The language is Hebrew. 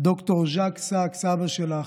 ד"ר ז'ק סאקס, אבא שלך,